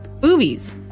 boobies